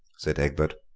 said egbert,